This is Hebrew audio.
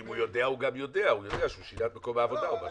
אם הוא יודע הוא גם יודע שהוא שינה את מקום העבודה או משהו.